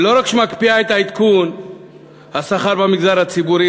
והיא לא רק מקפיאה את עדכון השכר במגזר הציבורי,